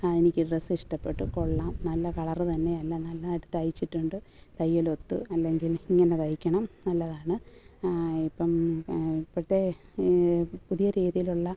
ആ എനിക്ക് ഈ ഡ്രസ്സ് ഇഷ്ടപ്പെട്ടു കൊള്ളാം നല്ല കളറുതന്നെയല്ല നന്നായിട്ട് തയ്ച്ചിട്ടുണ്ട് തയ്യലൊത്തു അല്ലെങ്കിൽ ഇങ്ങനെ തയ്ക്കണം നല്ലതാണ് ഇപ്പം ഇപ്പോഴത്തെ പുതിയ രീതിയിലുള്ള